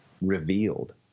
revealed